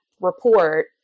report